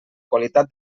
qualitat